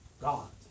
God